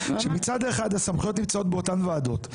שמצד אחד הסמכויות נמצאות באותן ועדות.